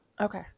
Okay